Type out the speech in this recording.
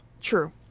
True